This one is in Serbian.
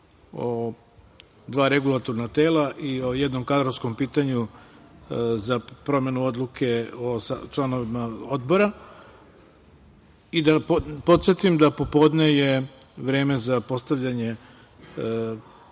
o dva regulatorna tela i o jednom kadrovskom pitanju za promenu odluke o članovima odbora. I da podsetim da popodne vreme za postavljanje